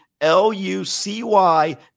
L-U-C-Y